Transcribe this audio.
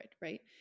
right